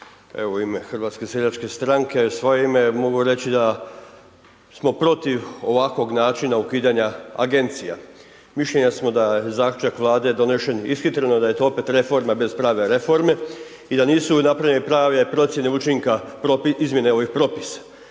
evo u ime HSS-a, u svoje ime mogu reći da smo protiv ovakvog načina ukidanja agencija. Mišljenja smo da je zaključak Vlade donesen ishitreno, da je to opet reforma bez prave reforma i da nisu napravljene prave procjene učinka izmjene ovih propisa.